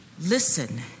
Listen